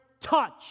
touch